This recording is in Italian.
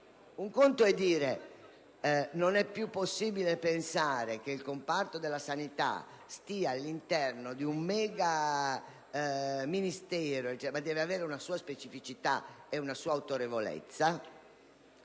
un conto è dire che non è più possibile pensare che il comparto della sanità sia ricompreso all'interno di un megaministero, ma debba avere una sua specificità e autorevolezza,